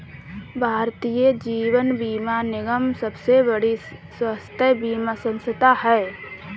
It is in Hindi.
भारतीय जीवन बीमा निगम सबसे बड़ी स्वास्थ्य बीमा संथा है